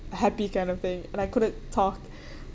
a happy kind of thing and I couldn't talk